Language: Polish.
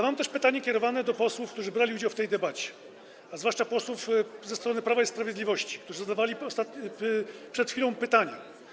Mam też pytanie, które jest kierowane do posłów, którzy brali udział w tej debacie, zwłaszcza posłów z Prawa i Sprawiedliwości, którzy zadawali przed chwilą pytania.